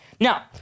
Now